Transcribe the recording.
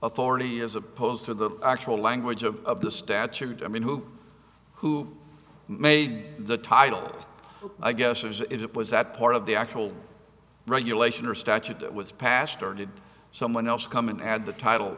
authority as opposed to the actual language of the statute i mean who who made the title i guess is it was that part of the actual regulation or statute that with passed or did someone else come in and the title